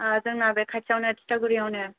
जोंना बे खाथियावयो तितागुरियावनो